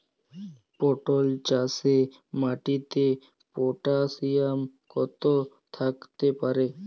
পটল চাষে মাটিতে পটাশিয়াম কত থাকতে হবে?